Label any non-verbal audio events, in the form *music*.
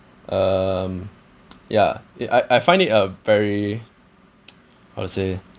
um *noise* yeah it I I find it a very *noise* how to say